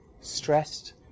stressed